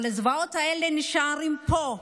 אבל הזוועות האלה נשארות פה.